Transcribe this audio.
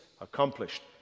accomplished